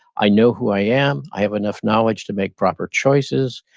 i know who i am. i have enough knowledge to make proper choices.